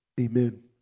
Amen